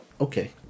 Okay